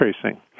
tracing